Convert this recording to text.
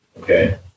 okay